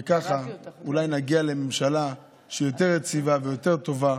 וככה אולי נגיע לממשלה שהיא יותר יציבה ויותר טובה,